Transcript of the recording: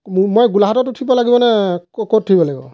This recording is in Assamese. মই গোলাঘাটত উঠিব লাগিব নে ক'ত উঠিব লাগিব